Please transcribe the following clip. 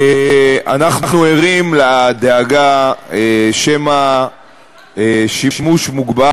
אנחנו ערים לדאגה שמא שימוש מוגבר,